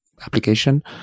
application